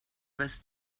but